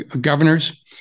governors